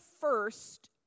first